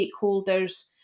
stakeholders